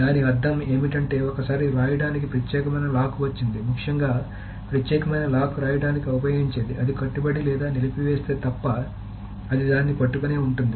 దాని అర్థం ఏమిటంటే ఒకసారి వ్రాయడానికి ప్రత్యేకమైన లాక్ వచ్చింది ముఖ్యంగా ప్రత్యేకమైన లాక్ రాయడానికి ఉపయోగించేది అది కట్టుబడి లేదా నిలిపివేస్తే తప్ప అది దానిని పట్టుకునే ఉంటుంది